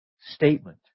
statement